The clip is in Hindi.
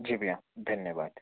जी भैया धन्यवाद